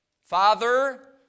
Father